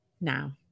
now